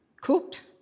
Cooked